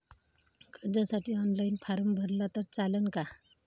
कर्जसाठी online form भरला तर चालन का?